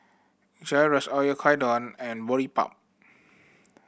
Gyros Oyakodon and Boribap